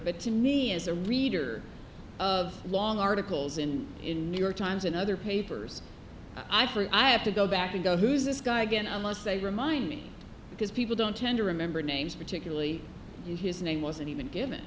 but to me as a reader of long articles and in new york times and other papers i for i have to go back and go who's this guy again i must say remind me because people don't tend to remember names particularly his name wasn't even given